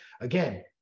Again